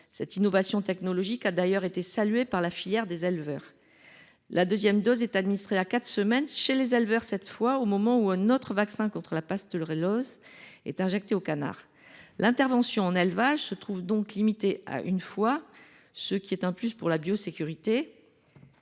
Cette innovation technologique a d’ailleurs été saluée par la filière des éleveurs. La deuxième dose est administrée à quatre semaines, chez les éleveurs cette fois, au moment où un autre vaccin contre la pasteurellose est injecté aux canards. L’intervention en élevage se trouve donc limitée à une fois, ce qui est un plus pour la biosécurité.